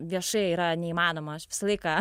viešai yra neįmanoma aš visą laiką